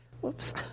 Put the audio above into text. whoops